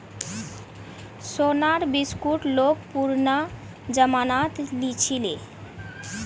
सोनार बिस्कुट लोग पुरना जमानात लीछीले